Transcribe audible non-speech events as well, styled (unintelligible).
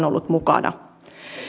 (unintelligible) ollut mukana